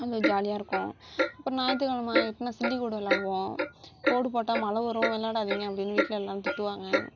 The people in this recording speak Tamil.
அது ஜாலியாக இருக்கும் அப்புறம் ஞாயிற்றுக்கெழம ஆயிட்டுனால் சில்லிக்கோடு விளாடுவோம் கோடு போட்டால் மழை வரும் விளாடாதீங்க அப்படின்னு வீட்டில் எல்லாரும் திட்டுவாங்க